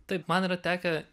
taip man yra tekę